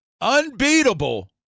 unbeatable